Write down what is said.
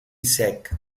sec